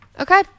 Okay